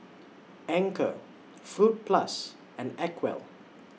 Anchor Fruit Plus and Acwell